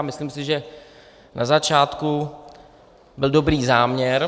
Myslím si, že na začátku byl dobrý záměr.